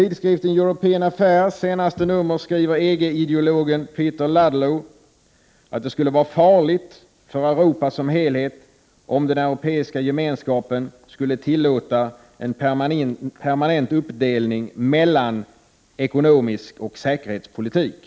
I det senaste numret av tidskriften European Affairs skriver EG-ideologen Peter Ludlow att det skulle vara farligt för Europa som helhet, om den europeiska gemenskapen skulle tillåta en permanent uppdelning mellan ekonomisk politik och säkerhetspolitik.